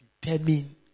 determine